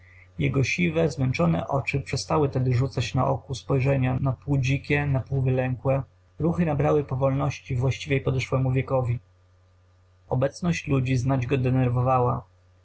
jego siwe zmęczone oczy przestały tedy rzucać naokół spojrzenia napół dzikie napół wylękłe ruchy nabrały powolności właściwej podeszłemu wiekowi obecność ludzi znać go denerwowała